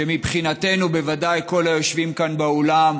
שמבחינתנו, בוודאי כל היושבים כאן, באולם,